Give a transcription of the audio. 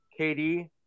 KD